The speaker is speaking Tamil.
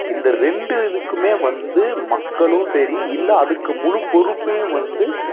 இந்த ரெண்டு இதுக்குமே வந்து மக்களும் சரி இல்லை அதுக்கு முழுப் பொறுப்பையும் வந்து